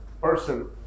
person